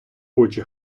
очі